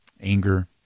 anger